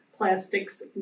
plastic's